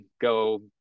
go